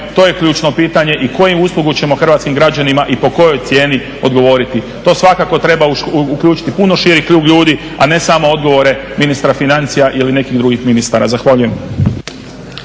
to je ključno pitanje i koju uslugu ćemo hrvatskim građanima i po kojoj cijeni odgovoriti. U to svakako treba uključiti puno širi krug ljudi a ne samo odgovore ministra financija ili nekih drugih ministara. Zahvaljujem.